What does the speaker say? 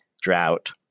drought